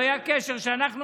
היה קשר שאנחנו,